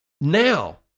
Now